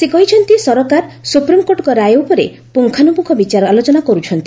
ସେ କହିଛନ୍ତି ସରକାର ସୁପ୍ରିମକୋର୍ଟଙ୍କ ରାୟ ଉପରେ ପୁଙ୍ଗାନୁପୁଙ୍ଗ ବିଚାର ଆଲୋଚନା କରୁଛନ୍ତି